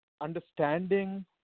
understanding